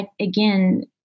again